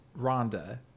Rhonda